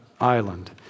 island